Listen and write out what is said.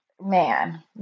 man